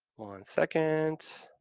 one second.